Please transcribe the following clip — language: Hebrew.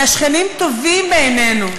כי השכנים טובים בעינינו.